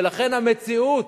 ולכן המציאות,